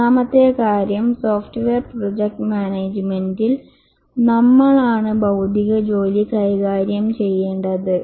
മൂന്നാമത്തെ കാര്യം software project മാനേജുമെന്റിൽ നമ്മൾ ആണ് ബൌദ്ധിക ജോലി കൈകാര്യം ചെയ്യേണ്ടത്